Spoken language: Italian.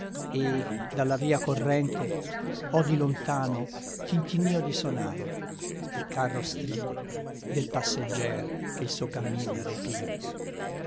e dalla via corrente odi lontano tintinnio di sonagli il carro stride del passeggier che il suo cammin ripiglia